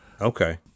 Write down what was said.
Okay